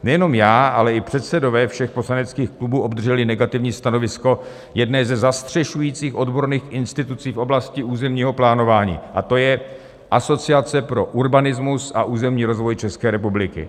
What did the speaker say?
Nejenom já, ale i předsedové všech poslaneckých klubů obdrželi negativní stanovisko jedné ze zastřešujících odborných institucí v oblasti územního plánování, a to je Asociace pro urbanismus a územní rozvoj České republiky.